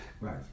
Right